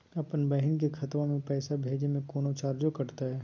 अपन बहिन के खतवा में पैसा भेजे में कौनो चार्जो कटतई?